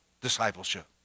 discipleship